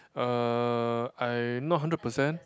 uh I not hundred percent